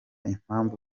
impamvu